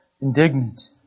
indignant